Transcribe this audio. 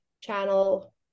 channel